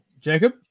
Jacob